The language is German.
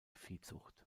viehzucht